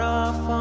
off